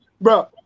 Bro